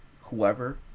whoever